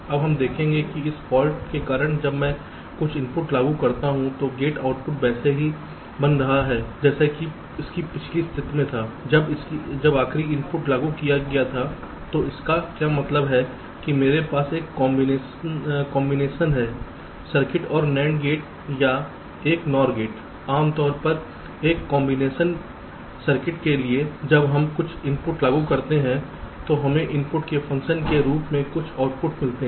अब हम देखेंगे कि इस फॉल्ट के कारण जब मैं कुछ इनपुट लागू करता हूं तो गेट आउटपुट वैसा ही बना रह सकता है जैसा कि इसकी पिछली स्थिति में था जब आखिरी इनपुट लागू किया गया था तो इसका क्या मतलब है कि मेरे पास एक कॉम्बिनेशन है सर्किट और NAND गेट या एक NOR गेट आम तौर पर एक कॉम्बिनेशन सर्किट के लिए जब हम कुछ इनपुट लागू करते हैं तो हमें इनपुट के फ़ंक्शन के रूप में कुछ आउटपुट मिलते हैं